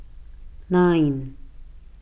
nine